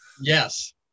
Yes